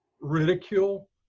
ridicule